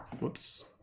whoops